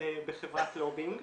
בחברת לובינג,